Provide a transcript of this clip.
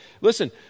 Listen